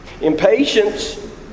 Impatience